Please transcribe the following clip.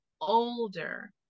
older